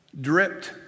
dripped